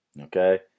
Okay